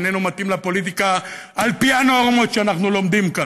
איננו מתאים לפוליטיקה על פי הנורמות שאנחנו לומדים כאן.